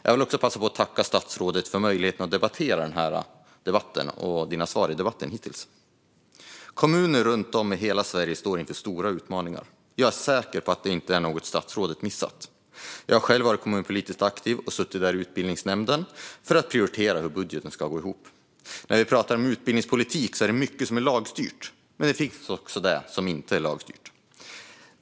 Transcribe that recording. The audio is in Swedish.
Jag vill passa på att tacka statsrådet för möjligheten att debattera detta ämne och för hennes svar i debatten hittills. Kommuner runt om i hela Sverige står inför stora utmaningar. Jag är säker på att det inte är något som statsrådet missat. Jag har själv varit kommunpolitiskt aktiv och suttit där i utbildningsnämnden för att prioritera och se hur budgeten ska gå ihop. När vi pratar om utbildningspolitik är det mycket som är lagstyrt, men det finns också det som inte är lagstyrt.